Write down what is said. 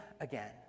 again